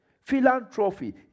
Philanthropy